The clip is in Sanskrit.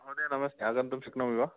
महोदय नमस्ते आगन्तुं शक्नोमि वा